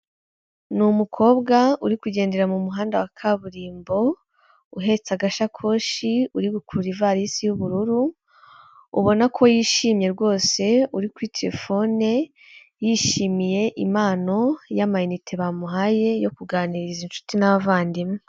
Ni umukobwa uri kugendera mu muhanda wa kaburimbo uhetse agasakoshi uri gukurara ivarisi y'ubururu, ubona ko yishimye rwose uri kuri telefone yishimiye impano y'amayinite bamuhaye yo kuganiriza inshuti n'abavandimwe.